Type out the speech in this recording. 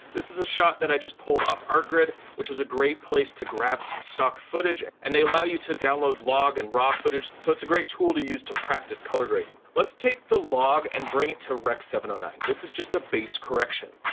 this is a shot that i just pulled off artgrid, which is a great place to grab some stock footage, and they allow you to download log and raw footage, so it's a great tool to use to practice color grading. let's take the log and bring it to rec. seven hundred and nine. this is just a base correction.